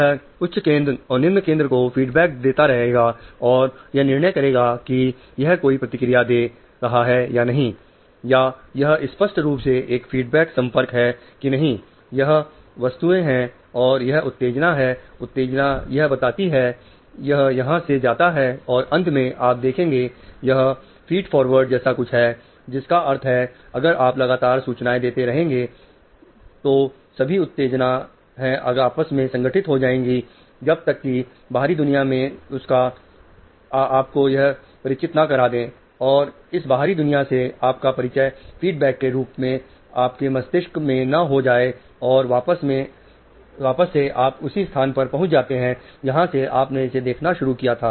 यह उच्च केंद्र जैसा कुछ है जिसका अर्थ है अगर आप लगातार सूचनाएं देते रहेंगे को सभी उत्तेजना है आपस में संगठित हो जाएंगी जब तक की बाहरी दुनिया से आपको वह परिचित ना करा दे और इस बाहरी दुनिया से आपका परिचय फीडबैक के रूप में आपके मस्तिष्क में ना हो जाए और वापस से आप उसी स्थान पर पहुंच जाते हैं जहां से आप ने इसे देखना शुरू किया था